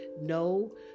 No